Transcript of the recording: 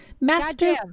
master